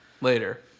later